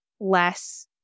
less